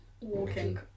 Walking